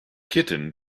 kitten